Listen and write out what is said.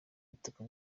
butaka